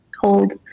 hold